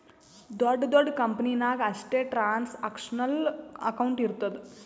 ದೊಡ್ಡ ದೊಡ್ಡ ಕಂಪನಿ ನಾಗ್ ಅಷ್ಟೇ ಟ್ರಾನ್ಸ್ಅಕ್ಷನಲ್ ಅಕೌಂಟ್ ಇರ್ತುದ್